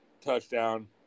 touchdown